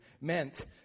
meant